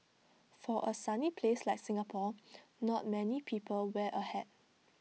for A sunny place like Singapore not many people wear A hat